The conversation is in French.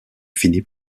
finit